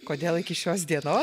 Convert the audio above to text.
kodėl iki šios dienos